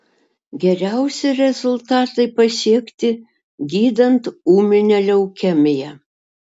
geriausi rezultatai pasiekti gydant ūminę leukemiją